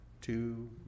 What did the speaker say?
two